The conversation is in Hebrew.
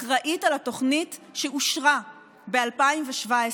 אחראית לתוכנית שאושרה ב-2017.